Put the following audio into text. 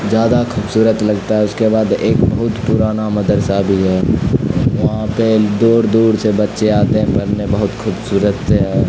زیادہ خوبصورت لگتا ہے اس کے بعد ایک بہت پرانا مدرسہ بھی ہے وہاں پہ دور دور سے بچے آتے ہیں پڑھنے بہت خوبصورت سے ہے